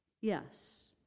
Yes